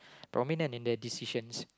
prominent in their decisions